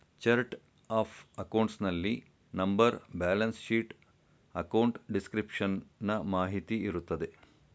chart of accounts ನಲ್ಲಿ number, balance sheet, account description ನ ಮಾಹಿತಿ ಇರುತ್ತದೆ